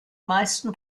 meisten